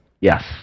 Yes